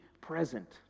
present